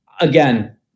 Again